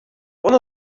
one